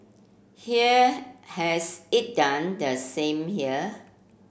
here has it done the same here